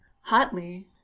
hotly